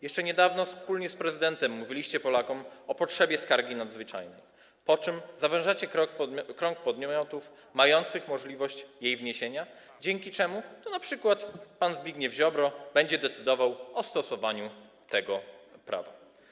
Jeszcze niedawno wspólnie z prezydentem mówiliście Polakom o potrzebie skargi nadzwyczajnej, po czym zawężacie krąg podmiotów mających możliwość jej wniesienia, dzięki czemu np. pan Zbigniew Ziobro będzie decydował o stosowaniu tego prawa.